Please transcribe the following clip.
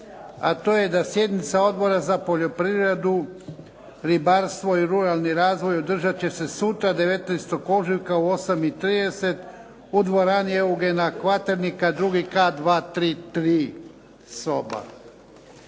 a to je da sjednica Odbora za poljoprivredu, ribarstvo i ruralni razvoj održati će se sutra 19. ožujka u 8,30 u dvorani Eugena Kvaternika, drugi kat, 233. soba.